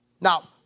Now